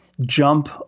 jump